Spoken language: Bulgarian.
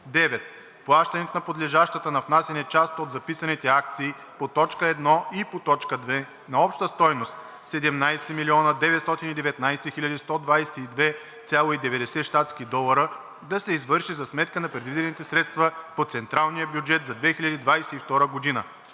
9. Плащането на подлежащата на внасяне част от записаните акции по т. 1 и по т. 2 на обща стойност 17 919 122,90 щатски долара да се извърши за сметка на предвидените средства по централния бюджет за 2022 г.